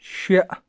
شیٚے